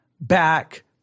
back